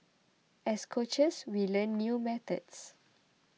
as coaches we learn new methods